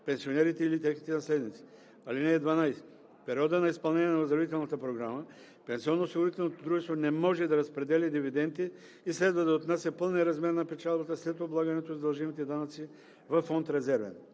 пенсионерите или техните наследници. (12) В периода на изпълнение на оздравителната програма пенсионноосигурителното дружество не може да разпределя дивиденти и следва да отнася пълния размер на печалбата, след облагането ѝ с дължимите данъци, във фонд „Резервен“.